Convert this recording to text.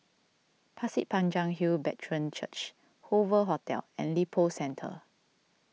Pasir Panjang Hill Brethren Church Hoover Hotel and Lippo Centre